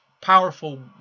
powerful